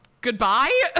Goodbye